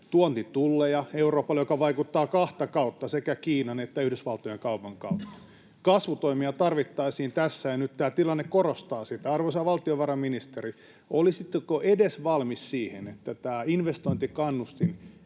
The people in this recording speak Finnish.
tuontitulleja Euroopalle, mikä vaikuttaa kahta kautta: sekä Kiinan- että Yhdysvaltojen-kaupan kautta. Kasvutoimia tarvittaisiin tässä ja nyt, tämä tilanne korostaa sitä. Arvoisa valtiovarainministeri, olisitteko valmis edes siihen, että tätä investointikannustinta